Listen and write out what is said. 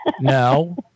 No